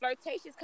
flirtatious